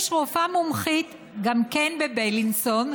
יש רופאה מומחית, גם כן בבילינסון,